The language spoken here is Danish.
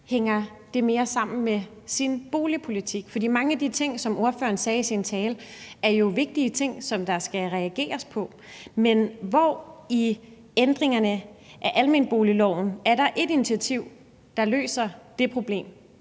hænger mere sammen med ens boligpolitik. For mange af de ting, som ordføreren sagde i sin tale, er jo vigtige ting, som der skal reageres på, men hvor i ændringerne af almenboligloven er der et initiativ, der løser det problem?